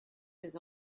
his